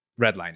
redlining